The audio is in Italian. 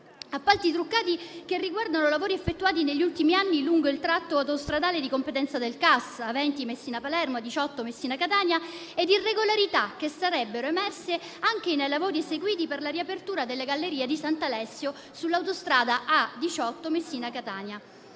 appalti truccati che riguardano lavori effettuati negli ultimi anni lungo il tratto autostradale di competenza del CAS (A20 Messina-Palermo, A18 Messina-Catania) e irregolarità che sarebbero emerse anche nei lavori eseguiti per la riapertura della galleria di Sant'Alessio sull'autostrada A18 Messina-Catania.